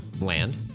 land